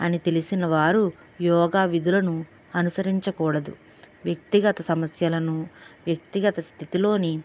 అని తెలిసినవారు యోగా విధులను అనుసరించకూడదు వ్యక్తిగత సమస్యలను వ్యక్తిగత స్థితిలోని